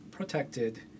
protected